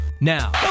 Now